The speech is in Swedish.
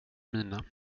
mina